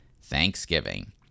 Thanksgiving